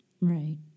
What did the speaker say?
Right